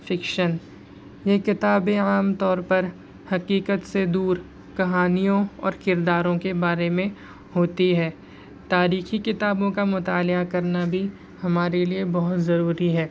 fiction یہ کتابیں عام طور پر حقیقت سے دور کہانیوں اور کرداروں کے بارے میں ہوتی ہے تاریخی کتابوں کا مطالعہ کرنا بھی ہمارے لیے بہت ضروری ہے